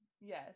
yes